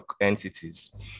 entities